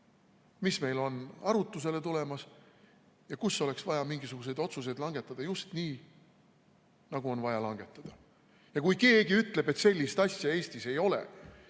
mis meil on arutlusele tulemas ja kus oleks vaja mingisuguseid otsuseid langetada just nii, nagu on vaja langetada. Ja kui keegi ütleb, et sellist asja Eestis ei ole,